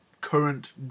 current